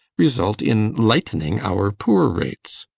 result in lightening our poor rates.